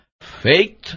faith